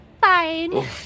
Fine